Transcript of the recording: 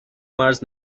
مرز